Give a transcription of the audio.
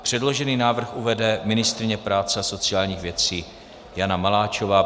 Předložený návrh uvede ministryně práce a sociálních věcí Jana Maláčová.